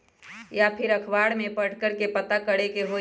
या फिर अखबार में पढ़कर के पता करे के होई?